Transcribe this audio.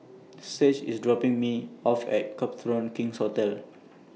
Sage IS dropping Me off At Copthorne King's Hotel